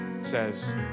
says